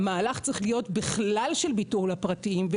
המהלך צריך להיות בכלל של ביטול לפרטיים,